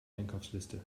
einkaufsliste